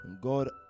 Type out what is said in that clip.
God